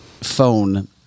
phone